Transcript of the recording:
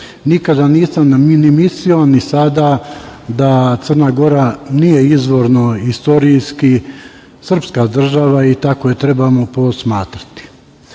Nikada nisam ni mislio, a ni sada, da Crna Gora nije izvorno i istorijski srpska država i tako je treba i posmatrati. Što